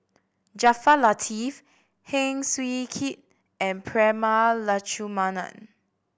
Jaafar Latiff Heng Swee Keat and Prema Letchumanan